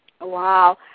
Wow